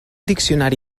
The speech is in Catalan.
diccionari